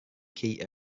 key